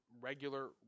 regular